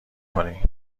کنی